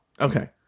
Okay